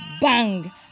bang